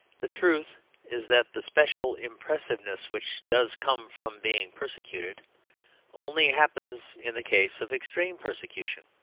the truth is that the special impressiveness which does come from being persecuted only happens in the case of extreme persecution.